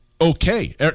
okay